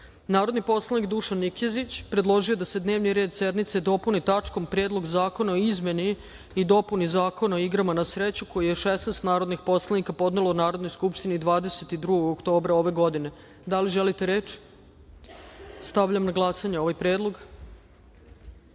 predlog. Narodni poslanik Dušan Nikezić predložio je da se dnevni red sednice dopuni tačkom – Predlog zakona o izmeni i dopuni Zakona o igrama na sreću, koji je 16 narodnih poslanika podnelo Narodnoj skupštini 22. oktobra ove godine. Da li želite reč? Stavljam na glasanje ovaj